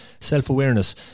Self-awareness